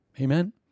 Amen